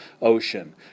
ocean